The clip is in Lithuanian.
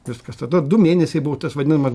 viskas tada du mėnesiai buvo tas vadinama